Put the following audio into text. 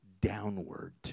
downward